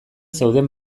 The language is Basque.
zeuden